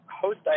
host